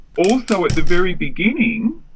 also at the very beginning,